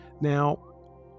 Now